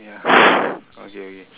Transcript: ya okay okay